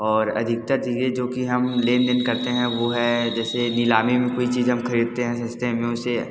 और अधिकतर चीजें जो कि हम लेन देन करते हैं वो है जैसे नीलामी में कोई चीज हम खरीदते हैं सस्ते में उसे